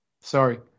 Sorry